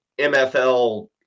MFL